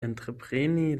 entrepreni